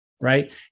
right